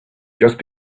just